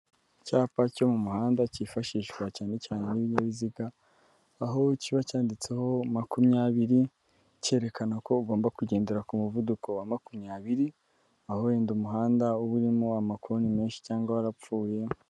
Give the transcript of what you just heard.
Icyapa cyo mu muhanda cyifashishwa cyane cyane n'ibinyabiziga, aho kiba cyanditseho makumyabiri, cyerekana ko ugomba kugendera ku muvuduko wa makumyabiri, aho wenda umuhanda uba urimo amakoni menshi cyangwa warapfuye.